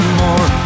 more